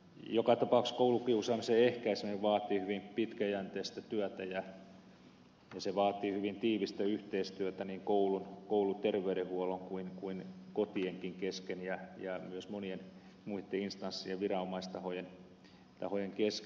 joka tapauksessa koulukiusaamisen ehkäiseminen vaatii hyvin pitkäjänteistä työtä ja se vaatii hyvin tiivistä yhteistyötä niin koulun kouluterveydenhuollon kuin kotienkin kesken ja myös monien muitten instanssien ja viranomaistahojen kesken